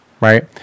right